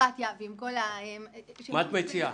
בבירוקרטיה ובכל --- מה את מציעה?